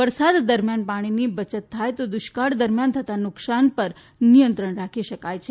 વરસાદ દરમિયાન પાણીની બયત થાય તો દુષ્કાળ દરમિયાન થતા નુકસાન પર નિયંત્રણ રાખી શકાય છે